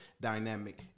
dynamic